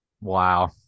Wow